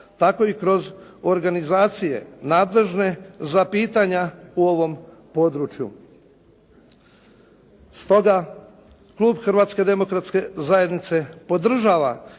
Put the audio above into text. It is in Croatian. tako i kroz organizacije nadležne za pitanja u ovom području. Stoga klub Hrvatske demokratske zajednice podržava